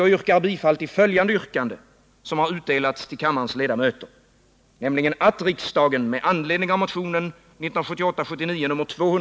Jag yrkar bifall till följande yrkande, som har utdelats till kammarens ledamöter, nämligen